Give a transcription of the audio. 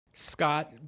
Scott